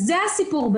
זה הסיפור.